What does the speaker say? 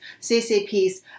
CCP's